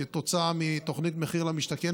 כתוצאה מתוכנית מחיר למשתכן,